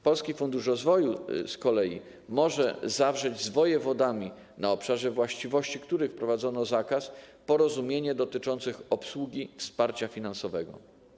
Polski Fundusz Rozwoju z kolei może zawrzeć z wojewodami, na których obszarze właściwości wprowadzono zakaz, porozumienie dotyczące obsługi wsparcia finansowego.